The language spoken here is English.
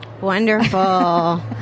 wonderful